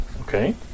Okay